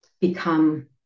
become